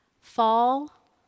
fall